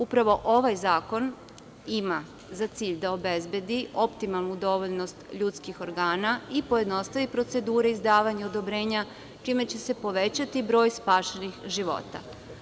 Upravo ovaj zakon ima za cilj da obezbedi optimalnu dovoljnost ljudskih organa i pojednostavi procedure izdavanja odobrenja, čime će se povećati broj spašenih života.